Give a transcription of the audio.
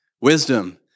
wisdom